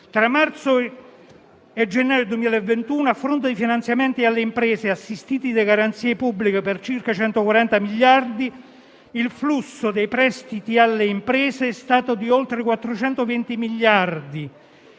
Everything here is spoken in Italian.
Tra marzo 2020 e gennaio 2021, a fronte di finanziamenti alle imprese, assistiti da garanzie pubbliche per circa 140 miliardi di euro, il flusso dei prestiti alle imprese è stato di oltre 420 miliardi